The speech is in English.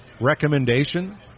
recommendation